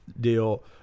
deal